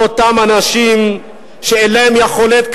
לאותם אנשים שאין להם יכולת כלכלית,